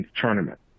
tournament